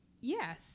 Yes